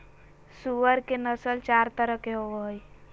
सूअर के नस्ल चार तरह के होवो हइ